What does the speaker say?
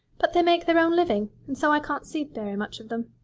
but they make their own living, and so i can't see very much of them,